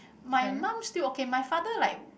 my mum still okay my father like